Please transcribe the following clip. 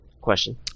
Question